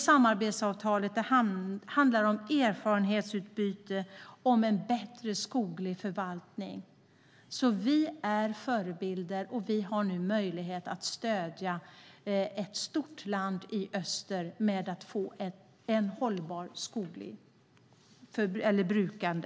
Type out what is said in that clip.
Samarbetsavtalet handlar om erfarenhetsutbyte om en bättre skoglig förvaltning. Vi är förebilder, och vi har nu möjlighet att stödja ett stort land i öster när det gäller att få ett hållbart skogligt brukande.